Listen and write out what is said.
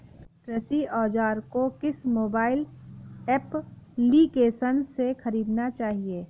कृषि औज़ार को किस मोबाइल एप्पलीकेशन से ख़रीदना चाहिए?